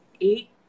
eight